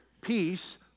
Peace